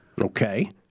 Okay